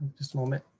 just a moment.